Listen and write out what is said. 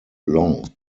long